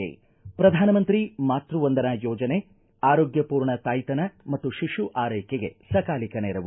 ಪ್ರಧಾನಮಂತ್ರಿ ಮಾತೃ ವಂದನಾ ಯೋಜನೆ ಆರೋಗ್ಯರ್ಮಾರ್ಣ ತಾಯ್ತನ ಮತ್ತು ಶಿಶು ಆರೈಕೆಗೆ ಸಕಾಲಿಕ ನೆರವು